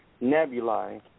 nebulae